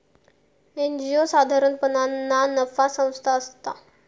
NGO साधारणपणान ना नफा संस्था असता